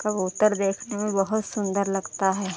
कबूतर देखने में बहुत सुन्दर लगता है